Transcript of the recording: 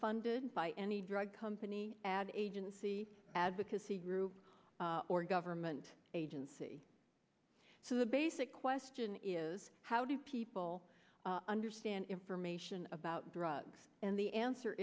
funded by any drug company ad agency advocacy group or government agency so the basic question is how do people understand information about drugs and the answer